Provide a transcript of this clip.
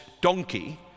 donkey